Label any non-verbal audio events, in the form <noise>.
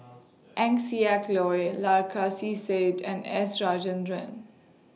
Eng Siak Loy <unintelligible> Said and S Rajendran